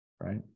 right